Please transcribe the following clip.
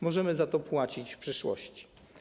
Możemy za to zapłacić w przyszłości.